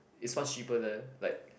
is much cheaper there like